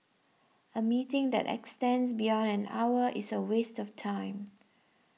a meeting that extends beyond an hour is a waste of time